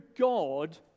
God